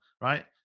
right